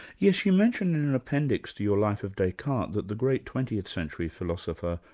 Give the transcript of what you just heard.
yes, you mentioned in an appendix to your life of descartes, that the great twentieth century philosopher,